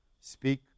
speak